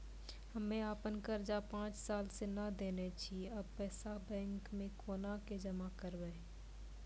हम्मे आपन कर्जा पांच साल से न देने छी अब पैसा बैंक मे कोना के जमा करबै?